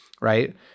Right